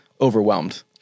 overwhelmed